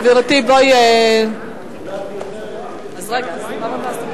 בבקשה, גברתי, לרשותך שלוש דקות.